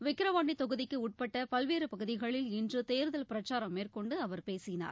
விக்கிரவாண்டி தொகுதிக்கு உட்பட்ட பல்வேறு பகுதிகளில் இன்று தேர்தல் பிரச்சாரம் மேற்கொண்டு அவர் பேசினார்